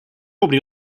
obrir